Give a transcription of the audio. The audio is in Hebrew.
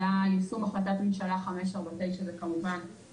יישום החלטת ממשלה 549 זה כמובן ציר מוביל בעשייה של המשרד.